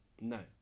no